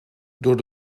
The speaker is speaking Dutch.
door